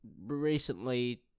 recently